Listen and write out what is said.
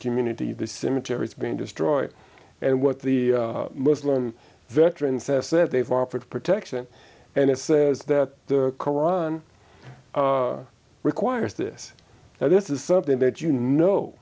community the cemetery is being destroyed and what the muslim veteran says that they've offered protection and it says that the koran requires this and this is something that you know